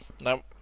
No